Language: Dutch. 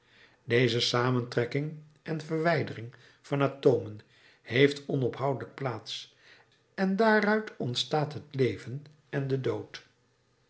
deze samentrekking en verwijdering van atomen heeft onophoudelijk plaats en daaruit ontstaan het leven en de dood